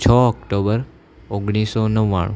છ ઓક્ટોબર ઓગણીસો નવ્વાણું